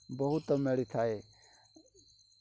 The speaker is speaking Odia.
ବହୁତ ମିଳିଥାଏ